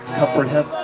comfort him,